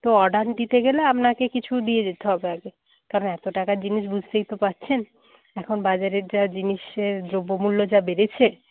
তো অর্ডার দিতে গেলে আপনাকে কিছু দিয়ে যেতে হবে আগে কারণ এত টাকার জিনিস বুঝতেই তো পারছেন এখন বাজারের যা জিনিসের দ্রব্যমূল্য যা বেড়েছে